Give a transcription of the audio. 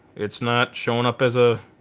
it's not showing up as a